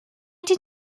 did